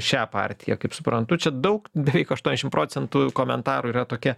šią partiją kaip suprantu čia daug beveik aštuoniasdešim procentų komentarų yra tokie